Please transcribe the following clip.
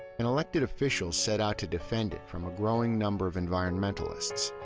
and elected officials set out to defend it from a growing number of environmentalists.